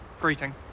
greeting